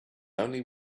only